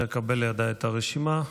עד שאקבל לידיי את הרשימה,